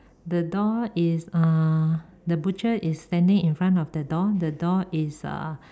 the door is uh the butcher is standing in front of the door the door is uh